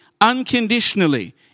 unconditionally